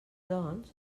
doncs